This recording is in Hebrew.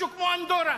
משהו כמו אנדורה.